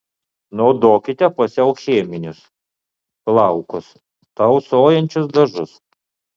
naudokite pusiau cheminius plaukus tausojančius dažus